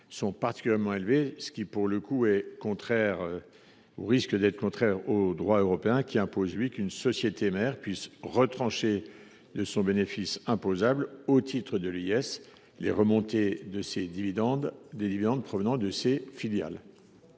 sont particulièrement élevés et qui risquent d’être contraires au droit européen. Celui ci impose qu’une société mère puisse retrancher de son bénéfice imposable, au titre de l’IS, les remontées de dividendes provenant de ses filiales.